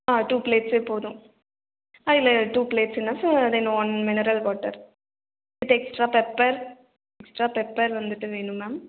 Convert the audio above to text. two பிளேட்ஸே போதும் அதிலே two plates then one mineral water with extra pepper extra pepper வந்துட்டு வேணும் மேம்